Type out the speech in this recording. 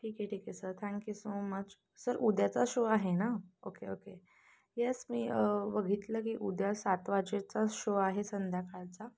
ठीक आहे ठीक आहे sir thank you so much sir उद्याचा शो आहे ना ओके ओके येस मी बघितलं की उद्या सात वाजेचा शो आहे संध्याकाळचा